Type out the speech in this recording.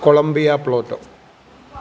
Columbia plateau